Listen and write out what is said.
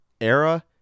era